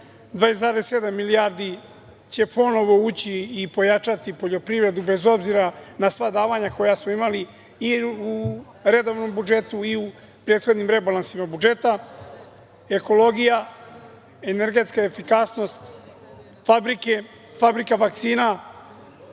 2,7 milijardi će ponovo ući i pojačati poljoprivredu, bez obzira na sva davanja koja smo imali i u redovnom budžetu i u prethodnim rebalansima budžeta. Ekologija, energetska efikasnost, fabrika vakcina. Fabrika